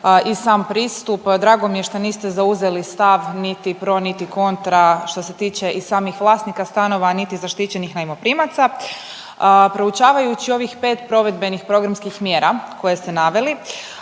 i sam pristup. Drago mi je šta niste zauzeli stav niti pro niti kontra što se tiče i samih vlasnika stanova, a niti zaštićenih najmoprimaca. Proučavajući ovih pet provedbenih programskih mjera koje ste naveli